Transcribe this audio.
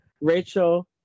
rachel